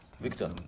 Victor